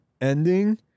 ending